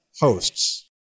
hosts